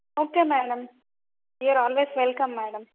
okay madam your always welcome madam